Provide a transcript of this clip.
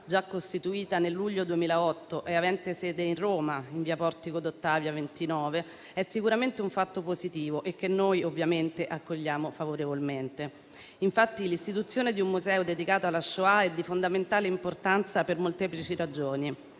già costituita nel luglio 2008 e avente sede a Roma, in via Portico d'Ottavia 29, è sicuramente un fatto positivo che, come ovvio, accogliamo favorevolmente. L'istituzione di un museo dedicato alla Shoah è infatti di fondamentale importanza, per molteplici ragioni.